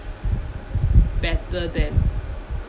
better than